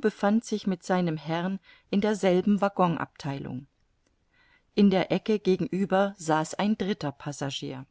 befand sich mit seinem herrn in derselben waggonabtheilung in der ecke gegenüber saß ein dritter passagier